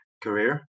career